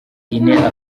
guinea